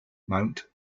mount